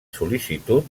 sol·licitud